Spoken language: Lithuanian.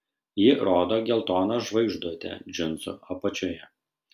ji rodo geltoną žvaigždutę džinsų apačioje